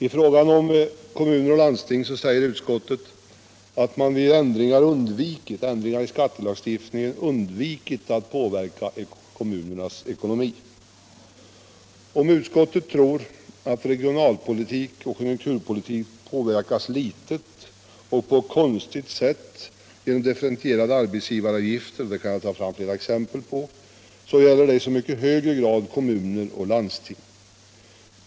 I fråga om kommuner och landsting säger utskottet att man vid ändringar i skattelagstiftningen undvikit att påverka kommunernas ekonomi. Om utskottet tror att regionalpolitik och konjunkturpolitik påverkas litet och på ett konstigt sätt av differentierade arbetsgivaravgifter — och det kan jag ta fram flera exempel på — gäller detta i så mycket högre grad kommuner och landsting.